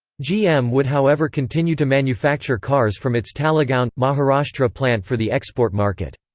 gm would however continue to manufacture cars from its talegaon, maharashtra plant for the export market.